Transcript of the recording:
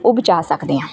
ਉਹ ਬਚਾ ਸਕਦੇ ਹਾਂ